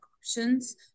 options